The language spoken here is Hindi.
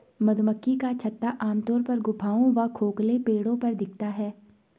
मधुमक्खी का छत्ता आमतौर पर गुफाओं व खोखले पेड़ों पर दिखता है